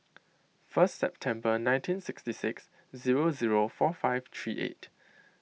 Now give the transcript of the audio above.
first September nineteen sixty six zero zero four five three eight